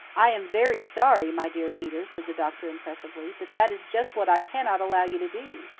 i am very sorry, my dear peter, said the doctor impressively, but that is just what i cannot allow you to do.